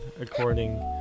according